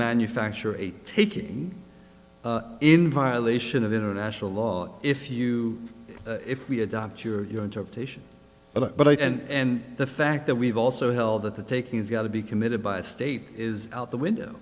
manufacture a taking in violation of international law if you if we adopt your interpretation but i can't and the fact that we've also held that the taking has got to be committed by state is out the window